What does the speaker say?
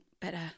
better